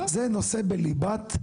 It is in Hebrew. זה נושא בליבת,